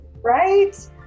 Right